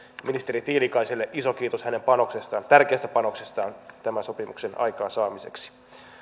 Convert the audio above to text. ministeri tiilikaiselle iso kiitos hänen tärkeästä panoksestaan tämän sopimuksen aikaansaamiseksi